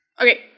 Okay